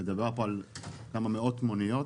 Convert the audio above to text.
מדובר פה על כמה מאות מוניות